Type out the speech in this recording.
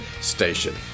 station